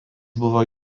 buvo